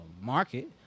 market